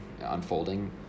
unfolding